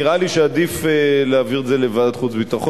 נראה לי שעדיף להעביר את זה לוועדת החוץ והביטחון,